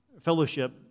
fellowship